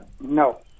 No